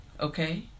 okay